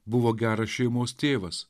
buvo geras šeimos tėvas